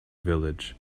village